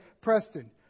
Preston